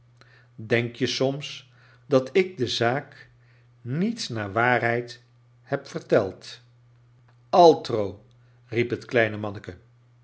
denk je soms dat ik de zaak niet naar waarheid heb verteld altro riep het kleine manneke